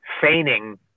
feigning